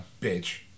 bitch